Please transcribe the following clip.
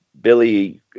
Billy